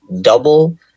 double